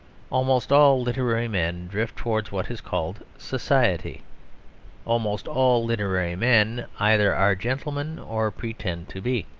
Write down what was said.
almost all literary men drift towards what is called society almost all literary men either are gentlemen or pretend to be.